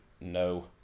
no